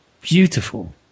beautiful